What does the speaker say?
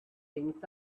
things